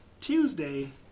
Tuesday